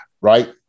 right